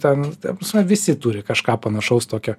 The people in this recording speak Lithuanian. ten ta prasme visi turi kažką panašaus tokio